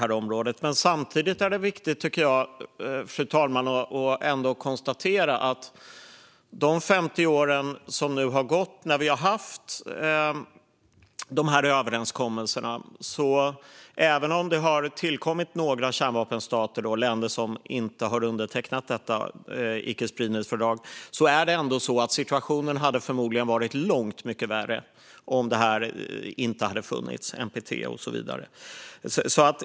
Men jag tycker samtidigt att det är viktigt, fru talman, att konstatera att även om det under de 50 år som nu har gått med dessa överenskommelser har tillkommit några kärnvapenstater och länder som inte har undertecknat detta icke-spridningsfördrag hade situationen förmodligen varit långt mycket värre om NPT och annat inte hade funnits.